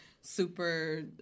super